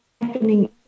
happening